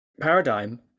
paradigm